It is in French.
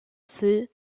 feu